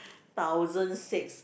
thousand six